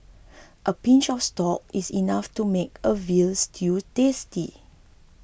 a pinch of store is enough to make a Veal Stew tasty